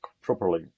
properly